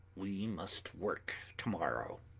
we must work to-morrow!